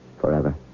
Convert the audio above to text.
forever